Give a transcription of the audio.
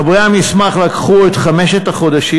מחברי המסמך לקחו את חמשת החודשים